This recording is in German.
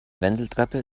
wendeltreppe